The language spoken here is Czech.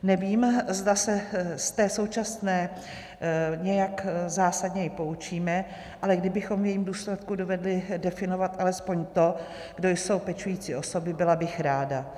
Nevím, zda se z té současné nějak zásadně i poučíme, ale kdybychom v jejím důsledku dovedli definovat alespoň to, kdo jsou pečující osoby, byla bych ráda.